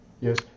Yes